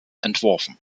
entworfen